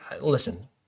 listen